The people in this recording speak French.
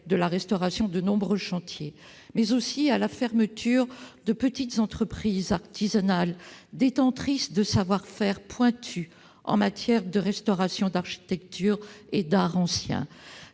de la restauration sur de nombreux chantiers, mais aussi à la fermeture de petites entreprises artisanales détentrices de savoir-faire pointus en matière de restauration, d'architecture et d'arts anciens.